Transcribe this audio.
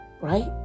right